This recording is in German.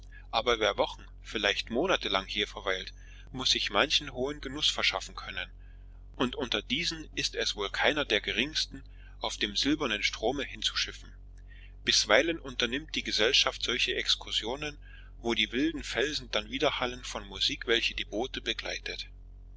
aber wer wochen vielleicht monate lang hier verweilt muß sich manchen hohen genuß verschaffen können und unter diesen ist es wohl keiner der geringsten auf dem silbernen strome hinzuschiffen bisweilen unternimmt die gesellschaft solche exkursionen wo die wilden felsen dann widerhallen von musik welche die boote begleitet